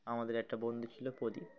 আমাদের একটা বন্ধু ছিল প্রদীপ